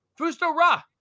Fusto-Ra